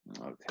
Okay